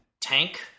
tank